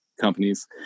companies